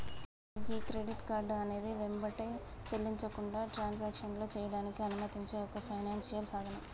అసలు ఈ credit card అనేది వెంబటే చెల్లించకుండా ట్రాన్సాక్షన్లో చేయడానికి అనుమతించే ఒక ఫైనాన్షియల్ సాధనం